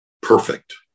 perfect